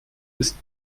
ist